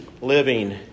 living